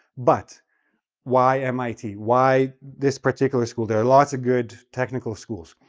but why mit? why this particular school? there are lots of good technical schools.